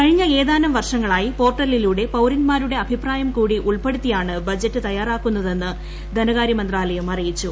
കഴിഞ്ഞ ഏതാനും വർഷ്ങ്ങളാ്യി പോർട്ടലിലൂടെ പൌരന്മാരുടെ അഭിപ്രായംകൂടി ഉൾപ്പെടുത്തിയാണ് ബഡ്ജറ്റ് തയ്യാറാക്കുന്നതെന്ന് ധനമന്ത്രാലയം അറിയിച്ചു